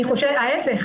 להיפך.